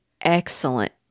excellent